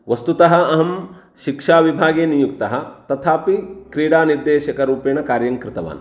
वस्तुतः अहं शिक्षाविभागे नियुक्तः तथापि क्रीडानिर्देशकरूपेण कार्यं कृतवान्